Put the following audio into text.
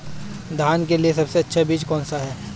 धान के लिए सबसे अच्छा बीज कौन सा है?